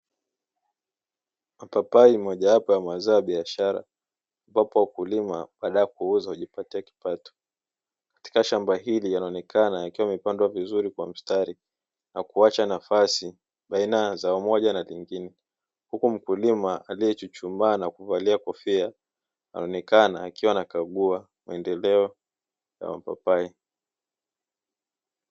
Papai mojawapo ya mazao biashara wapo wakulima badala ya kuuza ujipate kipato katika shamba hili yanaonekana akiwa amepandwa vizuri kwa mstari na kuacha nafasi baina za umoja na vingine huku mkulima aliyechuchumaa na kuvalia kofia naonekana akiwa na kagua maendeleo ya mapapai.